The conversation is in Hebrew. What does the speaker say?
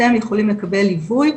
אתם יכולים לקבל ליווי.